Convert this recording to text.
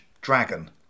dragon